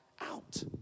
out